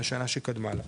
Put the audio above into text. מהשנה שקדמה לה.